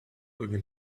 looking